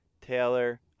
Taylor